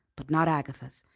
but not agatha's.